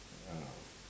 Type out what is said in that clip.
ah